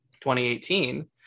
2018